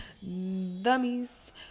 Dummies